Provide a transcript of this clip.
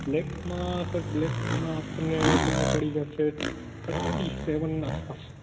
black માં sir black માં તમને મળી જશે થર્ટી સેવન આસપાસ